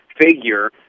figure